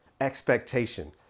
expectation